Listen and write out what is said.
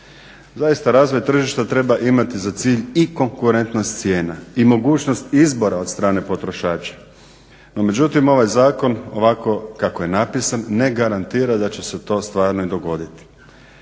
Zaista razvoj tržišta treba imati za cilj i konkurentnost cijena i mogućnost izbora od strane potrošača, no međutim ovaj zakon ovako kako je napisan ne garantira da će se to stvarno i dogoditi.